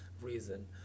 reason